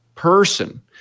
Person